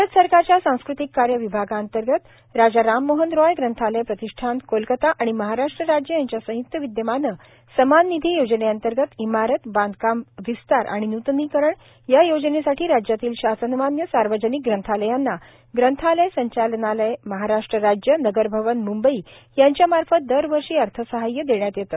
भारत सरकारच्या सांस्कृतिक कार्य विभागांतर्गत राजा राममोहन रॉय ग्रंथालय प्रतिष्ठान कोलकाता आणि महाराष्ट्र राज्य यांच्या संय्क्त विद्यमानं समान निधी योजनेंतर्गत इमारत बांधकाम विस्तार आणि न्तनीकरण या योजनेसाठी राज्यातील शासनमान्य सार्वजनिक ग्रंथालयांना ग्रंथालय संचालनालय महाराष्ट्र राज्य नगर भवन मुंबई यांच्या मार्फत दरवर्षी अर्थसहाय्य देण्यात येते